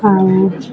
ଆଉ